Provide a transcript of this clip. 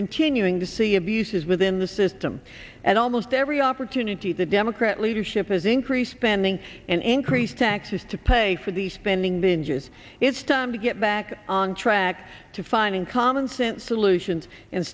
continuing to see abuses within the system at almost every opportunity the democrat leadership has increased spending increased taxes to pay for the spending binge is it's time to get back on track to finding common sense solutions and